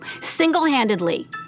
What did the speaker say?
single-handedly